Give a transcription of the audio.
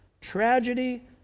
tragedy